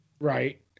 Right